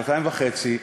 שנתיים וחצי,